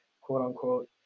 quote-unquote